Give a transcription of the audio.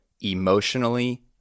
emotionally